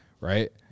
right